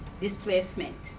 displacement